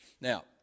Now